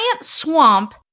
swamp